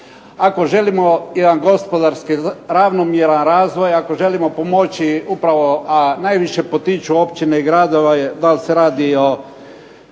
Ako želimo jedan gospodarski ravnomjeran razvoj, ako želimo pomoći a upravo najviše potiču općina i gradova je da li se radi o